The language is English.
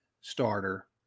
starter